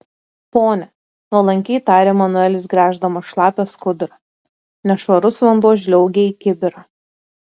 pone nuolankiai tarė manuelis gręždamas šlapią skudurą nešvarus vanduo žliaugė į kibirą